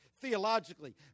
theologically